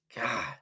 God